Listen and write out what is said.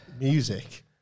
Music